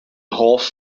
hoff